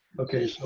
okay, so